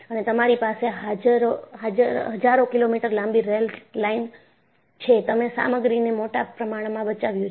અને તમારી પાસે હજારો કિલોમીટર લાંબી રેલ્વે લાઇન છે તમે સામગ્રીને મોટા પ્રમાણમાં બચાવ્યુ છે